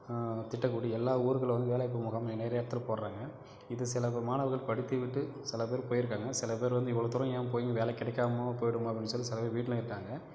திட்டக்குடி எல்லா ஊர்களில் வந்து வேலைவாய்ப்பு முகாம் நெ நிறையா இடத்தில் போடுறாங்க இது சில மாணவர்கள் படித்துவிட்டு சில பேர் போயிருக்காங்க சில பேர் வந்து இவ்வளோ தூரம் ஏன் போயும் வேலை கிடைக்காம போயிடுமோ அப்படின்னு சொல்லி சில பேர் வீட்லையும் இருக்காங்க